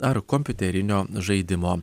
ar kompiuterinio žaidimo